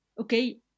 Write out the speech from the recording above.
okay